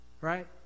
right